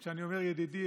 כשאני אומר ידידי,